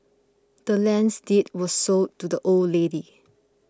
the land's deed was sold to the old lady